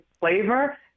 flavor